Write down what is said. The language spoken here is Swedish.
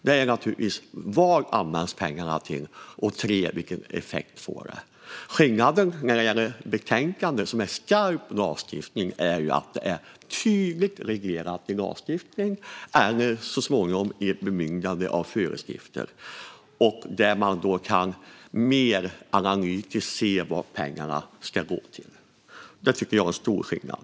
Det andra är: Vad används pengarna till? Det tredje är: Vilken effekt får det? Skillnaden i betänkandet vi behandlar i dag med skarp lagstiftning är att det är tydligt reglerat i lagstiftning och så småningom genom bemyndigande i föreskrifter. Där kan man mer analytiskt se vad pengarna ska gå till. Det tycker jag är en stor skillnad.